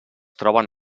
troben